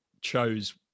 chose